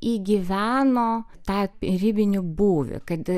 įgyveno tą ribinį būvį kad